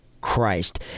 christ